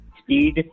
speed